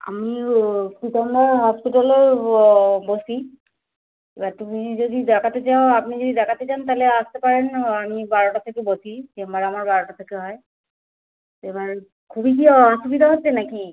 আমি ও হসপিটালে ও বসি এবার তুমি যদি দেখাতে চাও আপনি যদি দেখাতে চান তাহলে আসতে পারেন আমি বারোটা থেকে বসি চেম্বার আমার বারোটা থেকে হয় এবার খুবই কি অসুবিধা হচ্ছে না কি